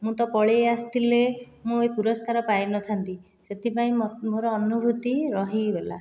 ମୁଁ ତ ପଳାଇ ଆସିଥିଲେ ମୁଁ ଏ ପୁରସ୍କାର ପାଇନଥାନ୍ତି ସେଥିପାଇଁ ମୋର ଅନୁଭୂତି ରହିଗଲା